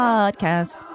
Podcast